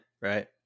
Right